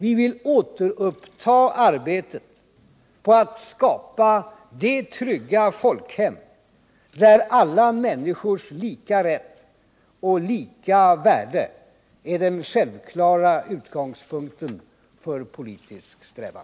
Vi vill återuppta arbetet på att skapa det trygga folkhem där alla människors lika rätt och lika värde är den självklara utgångspunkten för politisk strävan.